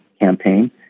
campaign